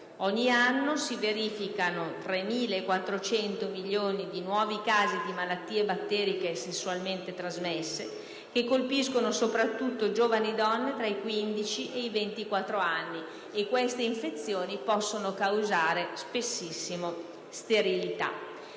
Ogni anno, si verificano circa 3.400 milioni di nuovi casi di malattie batteriche sessualmente trasmesse, che colpiscono soprattutto giovani donne tra i 15 e i 24 anni; queste infezioni possono causare sterilità;